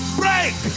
break